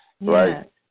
right